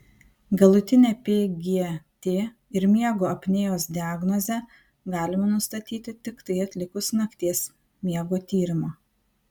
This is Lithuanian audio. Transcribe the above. galutinę pgt ir miego apnėjos diagnozę galima nustatyti tiktai atlikus nakties miego tyrimą